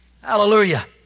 Hallelujah